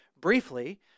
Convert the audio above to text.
briefly